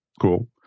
cool